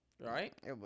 Right